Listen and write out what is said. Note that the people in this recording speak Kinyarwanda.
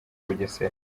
bugesera